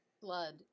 blood